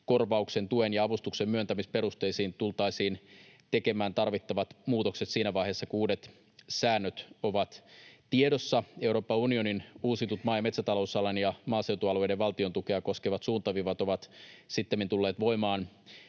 korvauksen, tuen ja avustuksen myöntämisperusteisiin tultaisiin tekemään tarvittavat muutokset siinä vaiheessa, kun uudet säännöt ovat tiedossa. Euroopan unionin uusitut maa- ja metsätalousalan ja maaseutualueiden valtiontukea koskevat suuntaviivat ovat sittemmin tulleet voimaan